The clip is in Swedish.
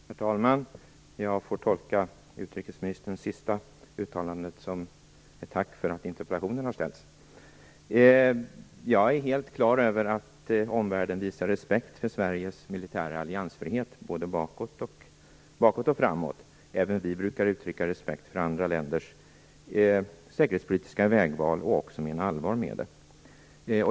Herr talman! Jag tolkar utrikesministerns sista uttalande som ett tack för att interpellationen har ställts. Jag är helt klar över att omvärlden visar respekt för Sveriges militära alliansfrihet, både bakåt och framåt i tiden. Även vi brukar uttrycka respekt för andra länders säkerhetspolitiska vägval och mena allvar med det.